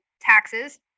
taxes